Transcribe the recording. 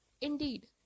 Indeed